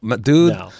dude